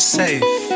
safe